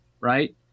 right